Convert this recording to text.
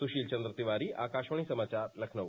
सुशीलचंद्र तिवारी आकाशवाणी समाचार लखनऊ